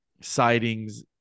sightings